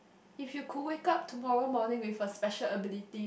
if you could wake up tomorrow morning with a special ability